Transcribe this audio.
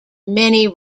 many